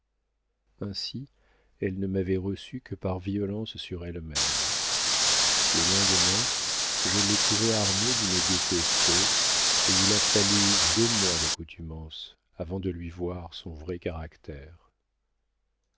ainsi elle ne m'avait reçu que par violence sur elle-même le lendemain je l'ai trouvée armée d'une gaieté fausse et il a fallu deux mois d'accoutumance avant de lui voir son vrai caractère